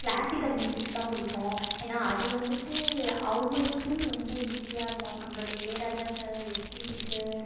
classical musics தான் பிடிக்கும் ஏன்னா அது வந்துவிட்டு அவங்களுக்கு ரொம்ப ஈஸியாக இருக்கும் நம்மளுடைய இளையராஜா சார் எஸ்பிபி சார்